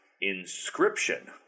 Inscription